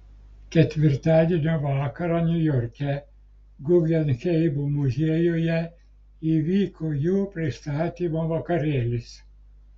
ketvirtadienio vakarą niujorke guggenheimo muziejuje įvyko jų pristatymo vakarėlis